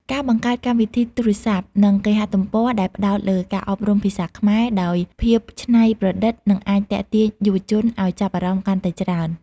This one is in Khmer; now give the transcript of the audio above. ការបង្កើតកម្មវិធីទូរស័ព្ទ និងគេហទំព័រដែលផ្តោតលើការអប់រំភាសាខ្មែរដោយភាពច្នៃប្រឌិត នឹងអាចទាក់ទាញយុវជនឱ្យចាប់អារម្មណ៍កាន់តែច្រើន។